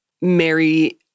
Mary